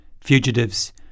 fugitives